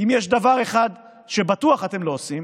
כי אם יש דבר אחד שבטוח אתם לא עושים